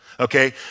Okay